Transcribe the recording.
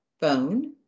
phone